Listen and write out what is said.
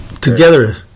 Together